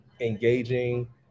engaging